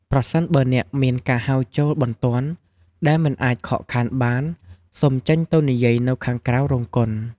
ប្រសិនបើអ្នកមានការហៅចូលបន្ទាន់ដែលមិនអាចខកខានបាន សូមចេញទៅនិយាយនៅខាងក្រៅរោងកុន។